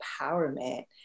empowerment